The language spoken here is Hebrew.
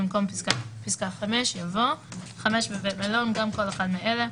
במקום פסקה (5) יבוא: ״(5) בבית מלון - גם כל אחד מאלה: